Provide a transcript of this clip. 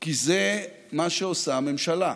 כי זה מה שעושה ממשלה,